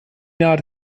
naht